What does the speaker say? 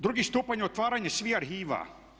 Drugi stupanj je otvaranje svih arhiva.